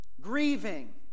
grieving